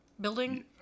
building